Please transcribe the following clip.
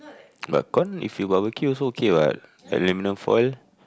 but corn if you barbecue also okay what aluminium foil